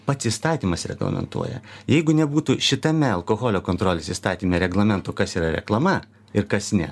pats įstatymas reglamentuoja jeigu nebūtų šitame alkoholio kontrolės įstatyme reglamentų kas yra reklama ir kas ne